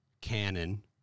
canon